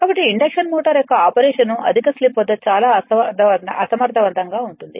కాబట్టి induction motor యొక్క operation అధిక స్లిప్ వద్ద చాలా అసమర్థవంతంగా ఉంటుంది